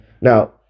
Now